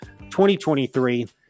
2023